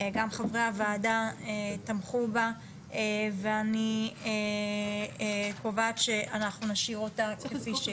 גם חברי הוועדה תמכו בה ואני קובעת שאנחנו נשאיר אותה כפי שהיא.